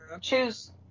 choose